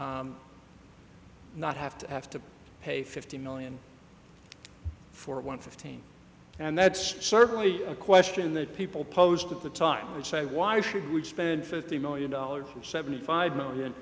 and not have to have to pay fifty million for one fifteen and that's certainly a question that people posed at the time would say why should we spend fifty million dollars seventy five million